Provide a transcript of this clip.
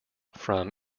from